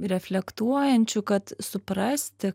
reflektuojančiu kad suprasti